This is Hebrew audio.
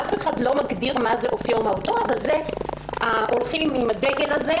אף אחד לא מגדיר מה זה "אופיו ומהותו" אבל הולכים עם הדגל הזה,